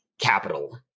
capital